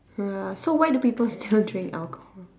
ya so why do people still drink alcohol